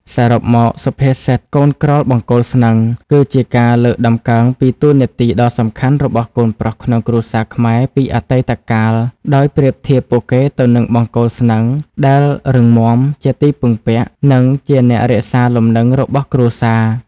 សរុបមក សុភាសិត "កូនក្រោលបង្គោលស្នឹង" គឺជាការលើកតម្កើងពីតួនាទីដ៏សំខាន់របស់កូនប្រុសក្នុងគ្រួសារខ្មែរពីអតីតកាល ដោយប្រៀបធៀបពួកគេទៅនឹងបង្គោលស្នឹងដែលរឹងមាំ ជាទីពឹងពាក់ និងជាអ្នករក្សាលំនឹងរបស់គ្រួសារ។